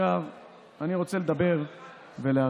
עכשיו אני רוצה לדבר ולהרחיב